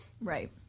right